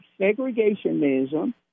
segregationism